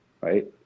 right